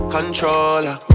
Controller